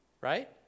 right